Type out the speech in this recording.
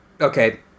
Okay